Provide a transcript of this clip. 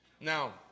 Now